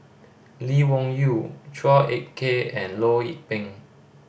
Lee Wung Yew Chua Ek Kay and Loh Lik Peng